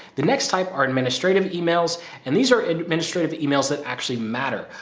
the next type are administrative emails and these are administrative emails that actually matter,